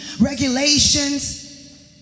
regulations